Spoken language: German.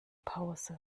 pause